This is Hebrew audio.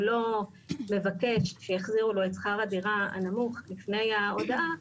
לא מבקש שיחזירו לו את שכר הדירה הנמוך לפני ההודעה,